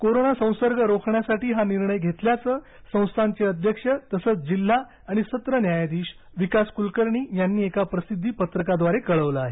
corona संसर्ग रोखण्यासाठी हा निर्णय घेतल्याचं संस्थांनघे अध्यक्ष तसंच जिल्हा आणि सत्र न्यायाधीश विकास कूलकर्णी यांनी एका प्रसिद्धी पत्रकाद्वारे कळवलं आहे